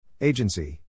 Agency